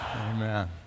Amen